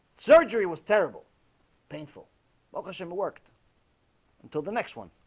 surgery was terrible painful well, kashima worked until the next one